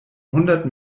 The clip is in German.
hundert